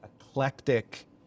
eclectic